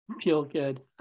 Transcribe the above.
Feel-good